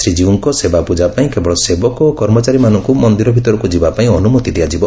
ଶ୍ରୀଜୀଉଙ୍କ ସେବା ପୂଜା ପାଇଁ କେବଳ ସେବକ ଓ କର୍ମଚାରୀମାନଙ୍କୁ ମନିର ଭିତରକୁ ଯିବା ପାଇଁ ଅନୁମତି ଦିଆଯିବ